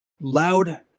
loud